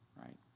right